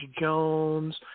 Jones